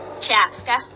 Chaska